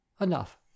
Enough